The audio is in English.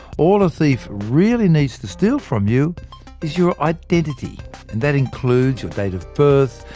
all a thief really needs to steal from you, is your identity that includes your date of birth,